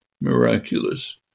miraculous